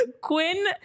Quinn